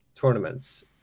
tournaments